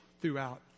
throughout